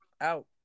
out